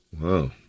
Wow